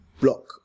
block